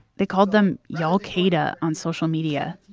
they called them y'all qaeda on social media,